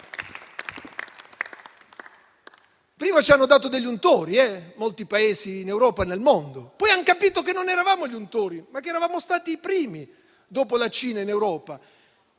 Prima ci hanno dato degli untori, molti Paesi in Europa e nel mondo; poi han capito che non eravamo gli untori, ma che eravamo stati i primi in Europa,